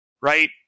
Right